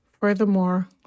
Furthermore